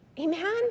Amen